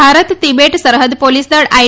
Bharat Tibet સરહદ પોલીસદળ આઈ